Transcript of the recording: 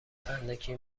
اندکی